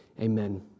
Amen